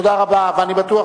תודה רבה, ואני בטוח